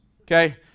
Okay